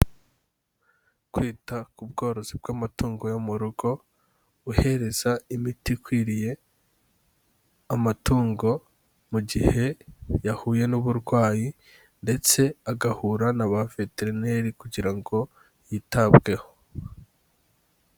Kwita ku bworozi bw'amatungo yo mu rugo uhereza imiti ikwiriye amatungo mu gihe yahuye n'uburwayi ndetse agahura na ba veterineri kugira ngo yitabweho.